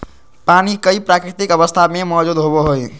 पानी कई प्राकृतिक अवस्था में मौजूद होबो हइ